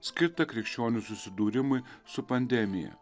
skirtą krikščionių susidūrimui su pandemija